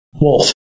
Wolf